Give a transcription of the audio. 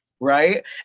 right